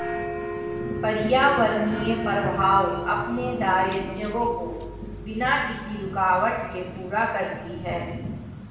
पर्यावरणीय प्रवाह अपने दायित्वों को बिना किसी रूकावट के पूरा करती है